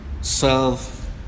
self